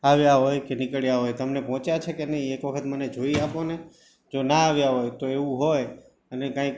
આવ્યા હોય કે નીકળ્યા હોય તમને પહોંચ્યા છે કે નહીં એક વખત મને જોઈ આપો ને જો ના આવ્યા હોય તો એવું હોય અને કાંઇક